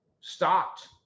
stopped